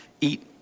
eat